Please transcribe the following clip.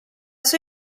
sua